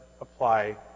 apply